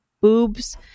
boobs